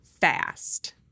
fast